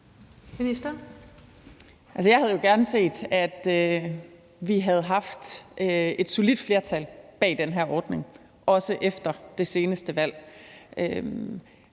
Jeg havde jo gerne set, at vi havde haft et solidt flertal bag den her ordning også efter det seneste valg,